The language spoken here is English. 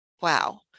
wow